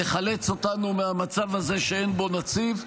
תחלץ אותנו מהמצב הזה שאין בו נציב,